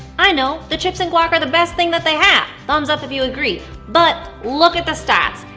i know, the chips and guac are the best thing that they have thumbs up if you agree but look at the stats!